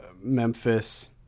Memphis